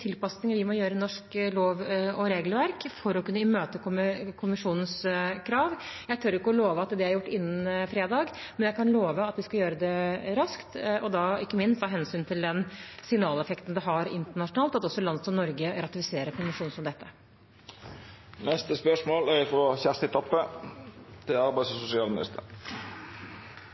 tilpasninger vi må gjøre i norsk lov- og regelverk for å kunne imøtekomme konvensjonens krav. Jeg tør ikke love at det er gjort innen fredag, men jeg kan love at vi skal gjøre det raskt, ikke minst av hensyn til den signaleffekten det har internasjonalt at også et land som Norge ratifiserer en konvensjon som dette. Då går me vidare til spørsmål 18. «Nav Vestland har ikkje fått ein einaste ny VTA-plass i Hordaland og